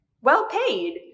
well-paid